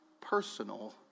personal